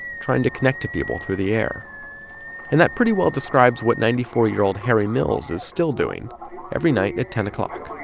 trying to connect to people through the air and that pretty well describes what ninety four year old harry mills is still doing every night at ten um ah